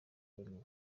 wemewe